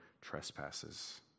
trespasses